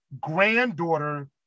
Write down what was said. granddaughter